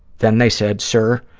then they said, sir,